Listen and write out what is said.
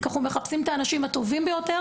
כי אנחנו מחפשים את האנשים הטובים ביותר